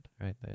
right